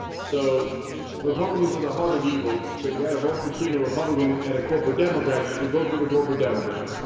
so republicans are the heart of evil. so if you got to vote between a republican and a corporate democrat, you should vote for the corporate democrat.